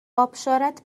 آبشارت